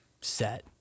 set